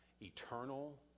eternal